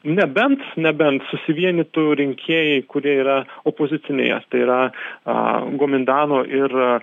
nebent nebent susivienytų rinkėjai kurie yra opozicinėjes tai yra a gumindano ir